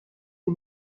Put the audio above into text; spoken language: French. est